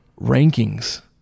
rankings